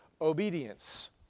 obedience